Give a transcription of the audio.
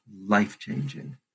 life-changing